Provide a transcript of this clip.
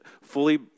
fully